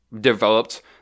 developed